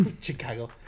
Chicago